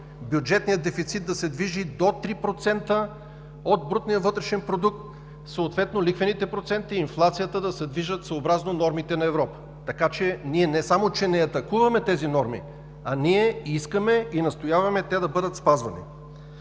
бюджетният дефицит да се движи до 3% от брутния вътрешен продукт, съответно лихвените проценти, инфлацията да се движат съобразно нормите на Европа. Ние не само че не атакуваме тези норми, а искаме и настояваме те да бъдат спазвани.